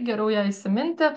geriau ją įsiminti